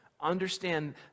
understand